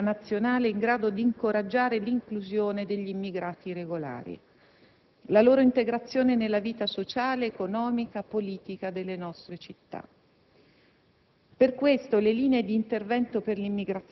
certamente essere separato da una politica nazionale in grado di incoraggiare l'inclusione degli immigrati regolari, la loro integrazione nella vita sociale, economica, politica delle nostre città.